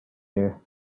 air